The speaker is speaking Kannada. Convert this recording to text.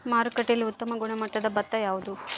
ಮಾರುಕಟ್ಟೆಯಲ್ಲಿ ಉತ್ತಮ ಗುಣಮಟ್ಟದ ಭತ್ತ ಯಾವುದು?